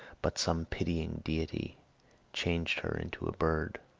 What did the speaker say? but some pitying deity changed her into a bird.